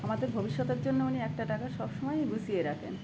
আমাদের ভবিষ্যতের জন্য উনি একটা টাকা সব সময়ই গুছিয়ে রাখেন